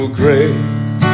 grace